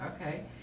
okay